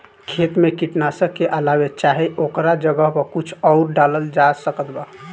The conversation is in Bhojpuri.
खेत मे कीटनाशक के अलावे चाहे ओकरा जगह पर कुछ आउर डालल जा सकत बा?